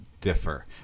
differ